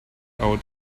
out